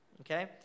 okay